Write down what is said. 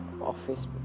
office